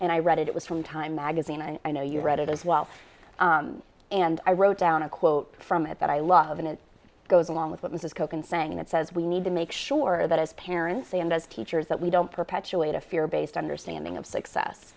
and i read it was from time magazine and i know you read it as well and i wrote down a quote from it that i love and it goes along with what mrs koch in saying it says we need to make sure that as parents and as teachers that we don't perpetuate a fear based understanding of success